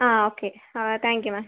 ആ ഓക്കെ ആ thank you ma'am